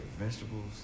vegetables